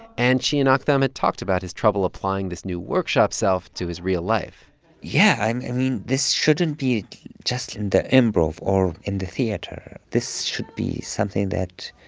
and she and aktham had talked about his trouble applying this new workshop self to his real life yeah. i mean, this shouldn't be just in the improv or in the theater. this should be something that